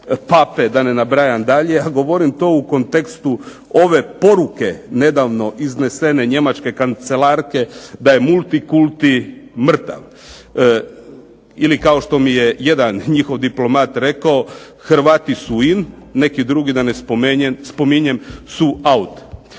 Pape da ne nabrajam dalje, a govorim to u kontekstu ove poruke nedavno iznesene njemačke kancelarke da je multikulti mrtav. Ili kao što mi je jedan njihov diplomat rekao, Hrvati su in, neki drugi da ne spominjem su out.